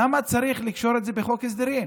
למה צריך לקשור את זה בחוק ההסדרים?